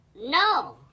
No